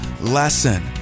lesson